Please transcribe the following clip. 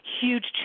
huge